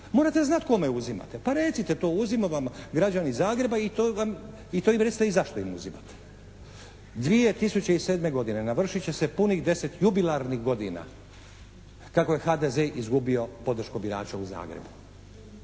Morate znati kome uzimate. Pa recite to uzimam vam građani Zagreba i to im recite i zašto im uzimate. 2007. godine navršit će se punih deset jubilarnih godina kako je HDZ izgubio podršku birača u Zagrebu.